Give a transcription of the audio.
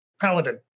Paladin